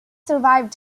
survived